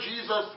Jesus